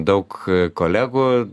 daug kolegų